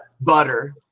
butter